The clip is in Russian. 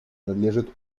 надлежит